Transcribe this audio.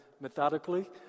methodically